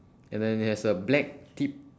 and then it has a black tip